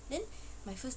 then my first